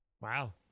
Wow